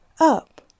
up